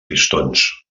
pistons